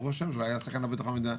ברור שלא הייתה סכנה לביטחון המדינה.